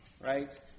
right